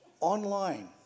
online